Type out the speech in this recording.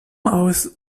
aus